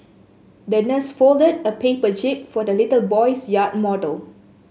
the nurse folded a paper jib for the little boy's yacht model